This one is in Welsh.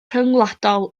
rhyngwladol